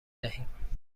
دهیم